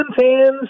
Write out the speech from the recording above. fans